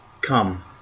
Come